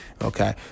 Okay